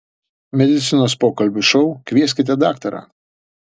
medicinos pokalbių šou kvieskite daktarą